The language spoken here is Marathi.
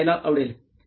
हे पाहायला आवडेल